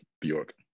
bjork